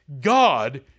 God